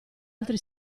altri